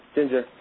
Ginger